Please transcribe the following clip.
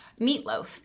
meatloaf